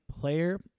player